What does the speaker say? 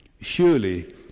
Surely